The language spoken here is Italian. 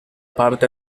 parte